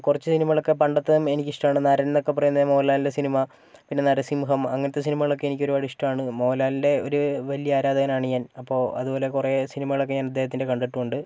കുറച്ച് സിനിമകളൊക്കെ പണ്ടത്തേതും എനിക്കിഷ്ടമാണ് നരൻ എന്നൊക്കെ പറയുന്ന മോഹൻലാലിൻ്റെ സിനിമ പിന്നെ നരസിംഹം അങ്ങനത്തെ സിനിമകളൊക്കെ എനിക്ക് ഒരുപാട് ഇഷ്ടമാണ് മോഹൻലാലിൻ്റെ ഒരു വലിയ ആരാധകനാണ് ഞാൻ അപ്പോൾ അതുപോലെ കുറേ സിനിമകളൊക്കെ ഞാൻ അദ്ദേഹത്തിൻ്റെ കണ്ടിട്ടുമുണ്ട്